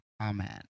amen